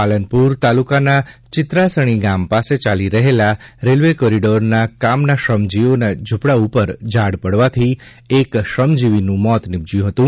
પાલનપુર તાલુકાના ચિત્રાસણી ગામ પાસે ચાલી રહેલા રેલ્વે કોરિડોરના કામના શ્રમજીવીઓના ઝ઼પડા ઉપર ઝાડ પડવાથી એક શ્રવજીવીનું મોત નિપજ્યું હતું